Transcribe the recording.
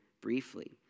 briefly